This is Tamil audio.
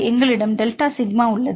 எங்களிடம் டெல்டா சிக்மா உள்ளது